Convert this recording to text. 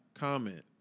Comment